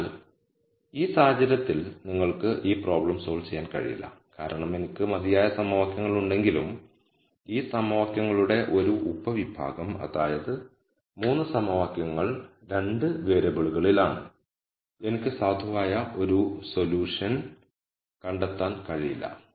അതിനാൽ ഈ സാഹചര്യത്തിൽ നിങ്ങൾക്ക് ഈ പ്രോബ്ലം സോൾവ് ചെയ്യാൻ കഴിയില്ല കാരണം എനിക്ക് മതിയായ സമവാക്യങ്ങൾ ഉണ്ടെങ്കിലും ഈ സമവാക്യങ്ങളുടെ ഒരു ഉപവിഭാഗം അതായത് 3 സമവാക്യങ്ങൾ 2 വേരിയബിളുകളിലാണ് എനിക്ക് സാധുവായ ഒരു സൊല്യൂഷൻ കണ്ടെത്താൻ കഴിയില്ല